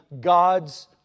God's